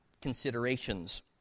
considerations